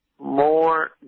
more